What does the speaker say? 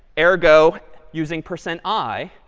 ergo using percent i,